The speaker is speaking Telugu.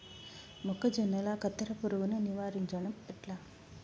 మొక్కజొన్నల కత్తెర పురుగుని నివారించడం ఎట్లా?